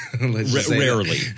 rarely